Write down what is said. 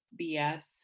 BS